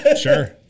Sure